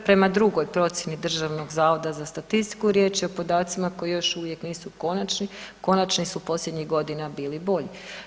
Prema drugoj procjeni Državnog zavoda za statistiku, riječ je o podacima koji još uvijek nisu konačni, konačni su posljednjih godina bili bolji.